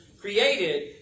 created